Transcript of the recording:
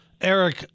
Eric